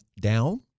down